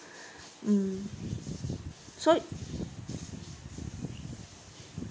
indoor hmm so